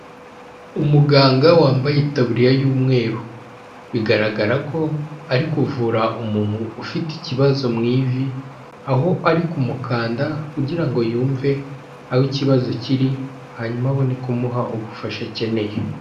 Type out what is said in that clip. Umuganga wambaye itaburiya y'umweru, bigaragara ko ari kuvura umuntu ufite ikibazo mu ivi, aho ari kumukanda kugira ngo yumve aho ikibazo kiri hanyuma abone kumuha ubufasha akeneye.